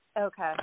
Okay